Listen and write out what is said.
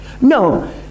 No